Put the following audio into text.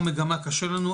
או מגמה קשה לנו,